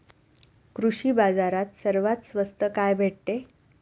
कृषी बाजारात सर्वात स्वस्त काय भेटते?